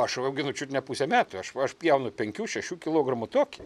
aš auginu čiut ne pusę metų aš va aš pjaunu penkių šešių kilogramų tokį